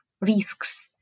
risks